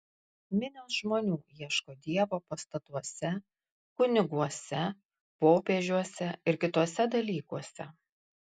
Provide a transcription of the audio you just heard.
minios žmonių ieško dievo pastatuose kuniguose popiežiuose ir kituose dalykuose